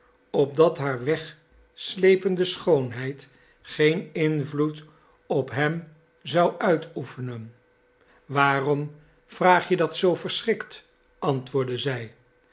opdat haar wegsleepende schoonheid geen invloed op hem zou uitoefenen waarom vraag je dat zoo verschrikt antwoordde zij